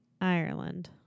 Ireland